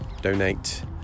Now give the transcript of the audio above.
donate